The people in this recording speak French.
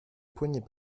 poignets